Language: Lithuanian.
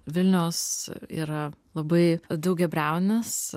vilnius yra labai daugiabriaunis